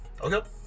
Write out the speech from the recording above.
Okay